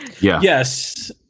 yes